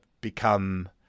become